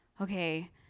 okay